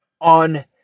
on